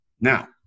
Now